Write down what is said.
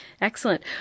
excellent